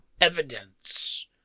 evidence